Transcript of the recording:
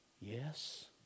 Yes